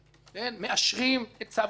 - מאשרים את צו האלוף הזה.